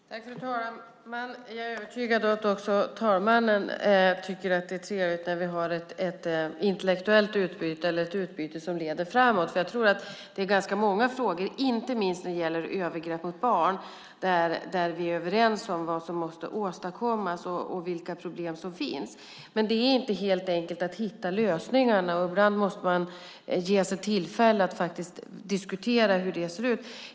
Fru talman! Jag är övertygad om att också fru talmannen tycker att det är trevligt när vi har ett intellektuellt utbyte och ett utbyte som leder framåt. Det är nog ganska många frågor, inte minst när det gäller övergrepp mot barn, där vi är överens om vad som måste åstadkommas och vilka problem som finns. Det är inte helt enkelt att hitta lösningar. Ibland måste man ges tillfälle att diskutera frågan.